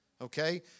okay